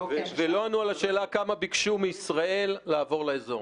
ולא ענו על השאלה כמה מישראל ביקשו לעבור לאזור.